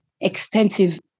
extensive